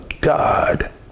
God